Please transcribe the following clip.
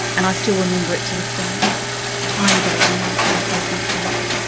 and i still remember it to this day. a tiny baby, maybe four or five months old,